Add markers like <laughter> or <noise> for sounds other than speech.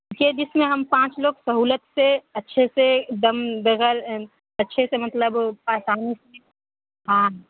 تھےجس میں ہم پانچ لوگ سہولت سے اچھے سے ایک دم بغیر <unintelligible> اچھے سے مطلب آسانی سے ہاں